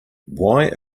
why